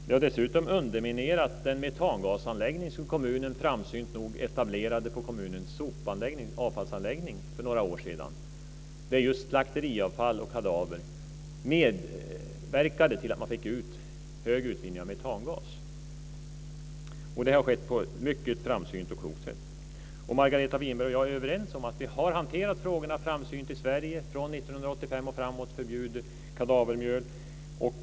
Det här har underminerat den avfallsanlänggning för just slakteriavfall och kadaver som kommunen framsynt etablerade för några år sedan. Det medverkade till att man fick ut hög utvinning av metangas. Margareta Winberg och jag är överens om att vi har hanterat frågorna framsynt i Sverige. Från 1985 och framåt har det varit förbud mot kadavermjöl.